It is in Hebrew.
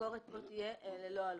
הביקורת פה תהיה ללא עלות.